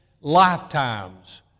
lifetimes